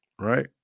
right